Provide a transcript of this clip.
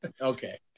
Okay